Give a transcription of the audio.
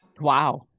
Wow